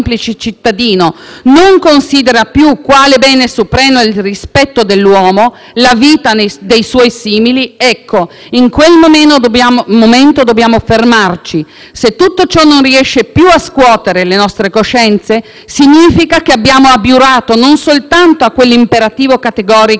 suoi simili, in quel momento dobbiamo fermarci. Se tutto ciò non riesce più a scuotere le nostre coscienze, significa non soltanto che abbiamo abiurato a quell'imperativo categorico che determina la nostra umanità, ma che ci siamo anche lasciati alle spalle secoli di progresso sulla strada dei diritti